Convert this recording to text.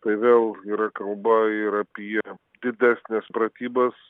tai vėl yra kalba ir apie didesnes pratybas